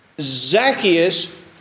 Zacchaeus